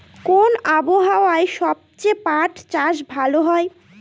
কোন আবহাওয়ায় সবচেয়ে পাট চাষ ভালো হয়?